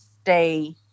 stay